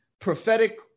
prophetic